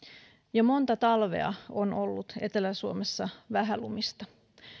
jo monta talvea on ollut etelä suomessa vähälumista